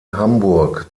hamburg